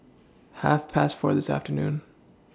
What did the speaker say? Half Past four This afternoon